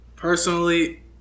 Personally